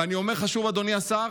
לסגור לאלתר